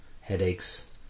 headaches